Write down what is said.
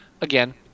again